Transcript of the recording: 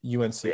UNC